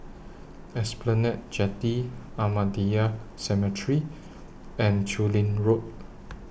Esplanade Jetty Ahmadiyya Cemetery and Chu Lin Road